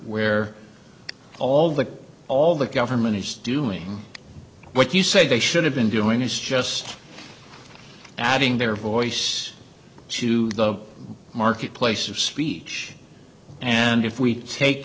where all the all the government is doing what you say they should have been doing is just adding their voice to the marketplace of speech and if we take